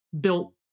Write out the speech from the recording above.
built